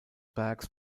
bergs